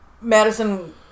Madison